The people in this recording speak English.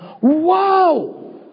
wow